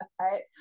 right